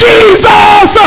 Jesus